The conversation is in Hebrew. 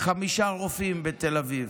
חמישה רופאים בתל אביב,